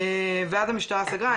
ואז המשטרה סגרה,